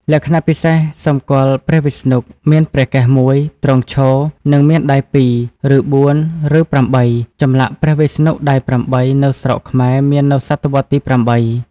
លក្ខណៈពិសេសសម្គាល់ព្រះវិស្ណុ មានព្រះកេសមួយ ទ្រង់ឈរ និងមានដៃ២ ឬ៤ ឬ៨ (ចម្លាក់ព្រះវិស្ណុដៃ៨ នៅស្រុកខ្មែរមាននៅសតវត្សទី៨)។